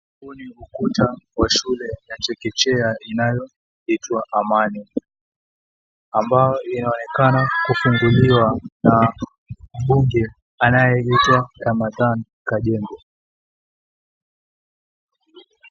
Huu ni ukuta wa shule ya chekechea inayoitwa, Amani, ambayo inaonekana kufunguliwa na mbunge anayeitwa Ramadhan Kajembe.